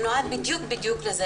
שנועד בדיוק לזה,